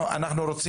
וכו'.